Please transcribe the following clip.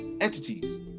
entities